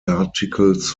articles